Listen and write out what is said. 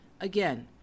Again